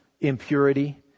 impurity